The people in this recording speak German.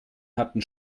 hatten